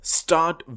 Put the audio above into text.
start